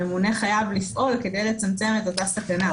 הממונה חייב לפעול כדי לצמצם את אותה סכנה.